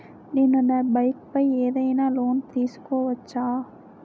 నేను నా బైక్ పై ఏదైనా లోన్ తీసుకోవచ్చా?